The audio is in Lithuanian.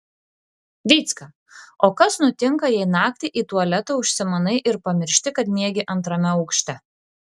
vycka o kas nutinka jei naktį į tualetą užsimanai ir pamiršti kad miegi antrame aukšte